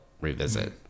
revisit